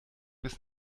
bis